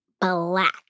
black